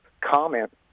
comment